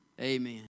amen